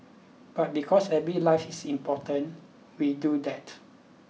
but because every life is important we do that